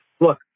Look